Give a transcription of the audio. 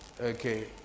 Okay